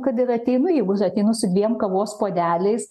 kad ir ateinu jeigu ateinu su dviem kavos puodeliais